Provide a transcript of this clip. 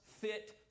fit